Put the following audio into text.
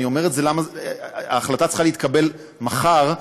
ההחלטה צריכה להתקבל מחר,